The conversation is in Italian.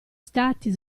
stati